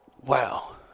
Wow